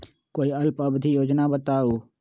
कोई अल्प अवधि योजना बताऊ?